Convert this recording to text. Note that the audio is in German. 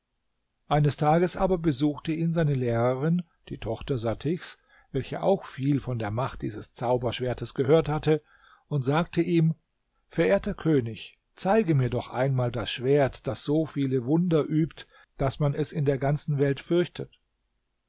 eines tages aber besuchte ihn seine lehrerin die tochter satichs welche auch viel von der macht dieses zauberschwertes gehört hatte und sagte ihm verehrter könig zeige mir doch einmal das schwert das so viele wunder übt daß man es in der ganzen welt fürchtet